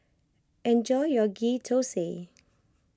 enjoy your Ghee Thosai